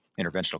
interventional